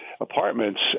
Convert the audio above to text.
apartments